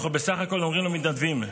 אנחנו בסך הכול אומרים למתנדבים: